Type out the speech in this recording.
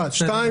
שנית,